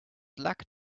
luck